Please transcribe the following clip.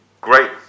Great